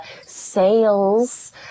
sales